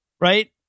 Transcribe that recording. right